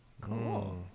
Cool